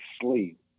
sleep